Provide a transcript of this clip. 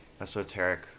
esoteric